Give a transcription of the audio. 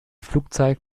flugzeit